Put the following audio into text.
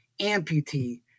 amputee